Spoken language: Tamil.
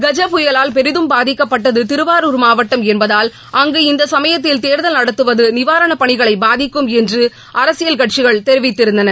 கஜ புயலால் பெரிதும் பாதிக்கப்பட்டது திருவாரூர் மாவட்டம் என்பதால் அங்கு இந்த சமயத்தில் தேர்தல் நடத்துவது நிவாரணப் பணிகளை பாதிக்கும் என்று அரசியல் கட்சிகள் தெரிவித்திருந்தன